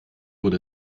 wurde